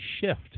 shift